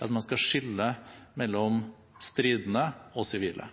at man skal skille mellom stridende og sivile.